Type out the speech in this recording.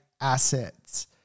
assets